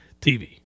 TV